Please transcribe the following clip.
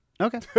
Okay